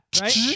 Right